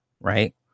right